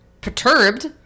perturbed